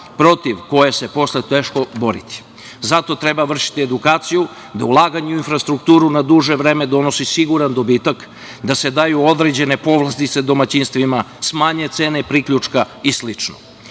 protiv koje se posle teško boriti. Zato treba vršiti edukaciju da ulaganje u infrastrukturu na duže vreme donosi siguran dobitak da se daju određene povlastice domaćinstvima, smanje cene priključka i sl.